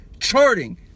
charting